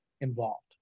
involved